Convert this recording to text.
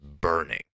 burning